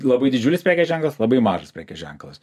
labai didžiulis prekės ženklas labai mažas prekės ženklas